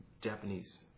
Japanese